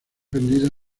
vendida